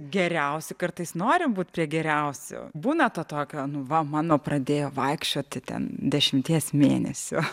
geriausi kartais nori būti prie geriausio būna to tokio nu va mano pradėjo vaikščioti ten dešimties mėnesių